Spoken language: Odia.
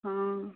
ହଁ